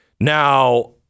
Now